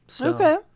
Okay